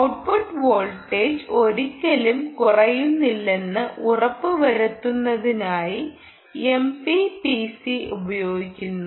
output voltage ഒരിക്കലും കുറയുന്നില്ലെന്ന് ഉറപ്പുവരുത്തുന്നതിനായി എംപിപിസി ഉപയോഗിക്കുന്നു